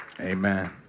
Amen